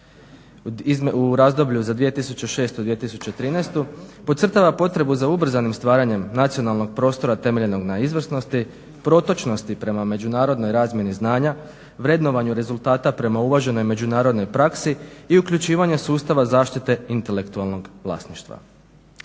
u razdoblju za 2006.-2013. podcrtava potrebu za ubrzanim stvaranjem nacionalnog prostora temeljenog na izvrsnosti, protočnosti prema međunarodnoj razmjeni znanja, vrednovanju rezultata prema uvaženoj međunarodnoj praksi i uključivanja sustava zaštite intelektualnog vlasništva.